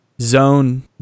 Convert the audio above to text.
Zone